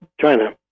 China